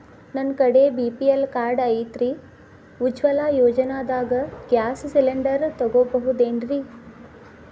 ನನ್ನ ಕಡೆ BPL card ಐತ್ರಿ, ಉಜ್ವಲಾ ಯೋಜನೆದಾಗ ಗ್ಯಾಸ್ ಸಿಲಿಂಡರ್ ತೊಗೋಬಹುದೇನ್ರಿ?